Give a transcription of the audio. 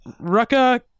Rucka